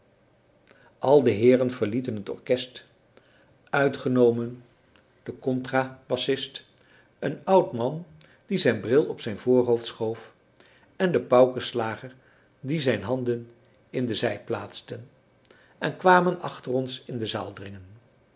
al de heeren verlieten het orkest uitgenomen de contrabassist een oud man die zijn bril op zijn voorhoofd schoof en de paukenslager die zijn handen in de zij plaatste en kwamen achter ons in de zaal dringen